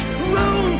Room